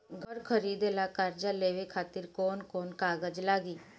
घर खरीदे ला कर्जा लेवे खातिर कौन कौन कागज लागी?